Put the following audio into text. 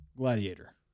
Gladiator